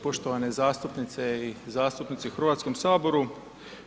Poštovane zastupnice i zastupnici u HS-u.